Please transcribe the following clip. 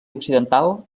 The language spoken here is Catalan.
occidental